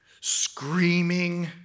screaming